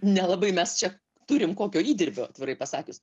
nelabai mes čia turim kokio įdirbio atvirai pasakius